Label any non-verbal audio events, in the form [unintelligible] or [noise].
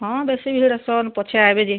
ହଁ ବେଶି [unintelligible] ପଛେ ଆଏବେ ଯେ